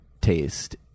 taste